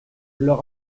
leur